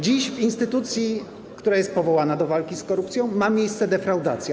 Dziś w instytucji, która jest powołana do walki z korupcją, ma miejsce defraudacja.